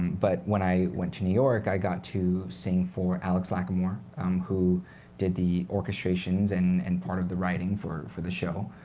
but when i went to new york, i got to sing for alex lacamoire who did the orchestrations and and part of the writing for for the show.